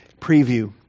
preview